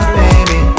baby